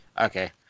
Okay